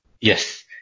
yes